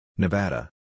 Nevada